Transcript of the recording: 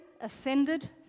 ascended